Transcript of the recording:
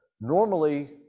normally